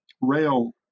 rail